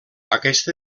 aquest